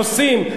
עושים,